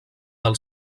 del